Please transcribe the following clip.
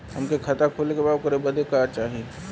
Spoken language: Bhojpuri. हमके खाता खोले के बा ओकरे बादे का चाही?